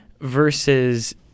versus